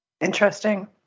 Interesting